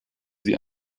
sie